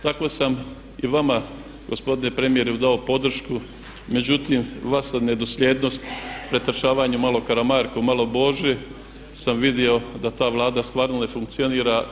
Tako sam i vama gospodine premijere dao podršku, međutim vaša nedosljednost, pretrčavanje malo Karamarko malo Boži sam vidio da ta Vlada stvarno ne funkcionira.